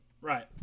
Right